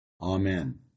Amen